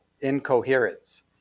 incoherence